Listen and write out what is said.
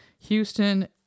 Houston